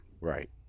Right